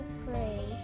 pray